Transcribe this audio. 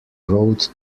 road